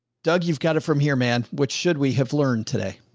doug. you've got it from here, man. what should we have learned today?